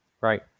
right